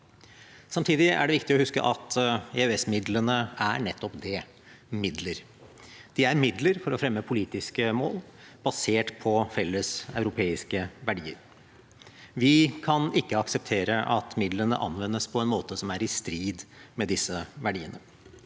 Samtidig er det viktig å huske at EØS-midlene er nettopp det – midler. De er midler for å fremme politiske mål, basert på felles europeiske verdier. Vi kan ikke akseptere at midlene anvendes på en måte som er i strid med disse verdiene.